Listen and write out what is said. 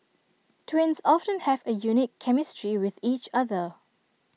twins often have A unique chemistry with each other